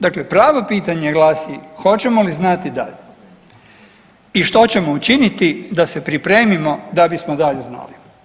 Dakle, pravo pitanje glasi hoćemo li znati dalje i što ćemo učiniti da se pripremimo da bismo dalje znali.